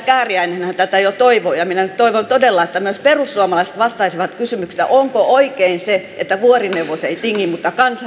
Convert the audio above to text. edustaja kääriäinenhän tätä jo toivoi ja minä nyt toivon todella että myös perussuomalaiset vastaisivat kysymykseen onko oikein se että vuorineuvos ei tingi mutta kansa tinkii